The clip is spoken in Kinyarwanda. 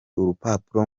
urupapuro